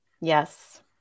Yes